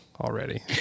already